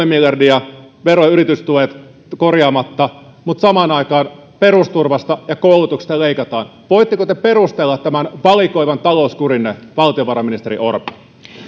miljardia vero ja yritystuet korjaamatta mutta samaan aikaan perusturvasta ja koulutuksesta leikataan voitteko te perustella tämän valikoivan talouskurinne valtiovarainministeri orpo